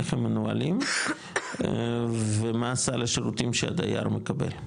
איך הם מנוהלים ומה סל השירותים שהדייר מקבל?